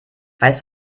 weißt